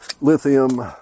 lithium